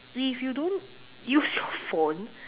if you don't use your phone